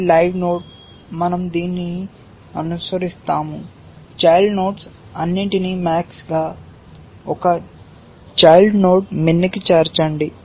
ఇది live node మన০ దీనిని అనుసరిస్తాము చైల్డ్ నోడ్స్ అన్నిటిని max గా ఒక చైల్డ్ నోడ్ min కి చేర్చండి